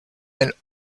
and